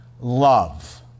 love